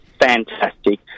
fantastic